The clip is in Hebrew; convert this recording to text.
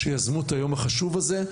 שיזמו את היום החשוב הזה.